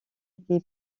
été